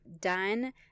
done